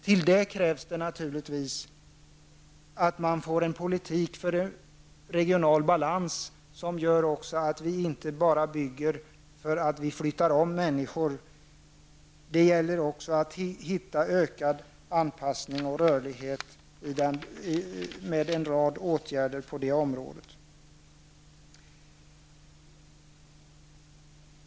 Till detta krävs naturligtvis att man får en politik för regional balans som även gör att vi inte bara bygger för att vi flyttar om människor. Det gäller även att hitta ökad anpassning och rörlighet med en rad åtgärder på det området.